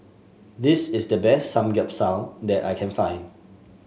this is the best Samgeyopsal that I can find